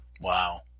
Wow